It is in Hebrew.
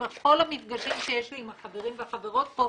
שבכל המפגשים שיש לי עם החברים והחברות פה,